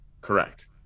Correct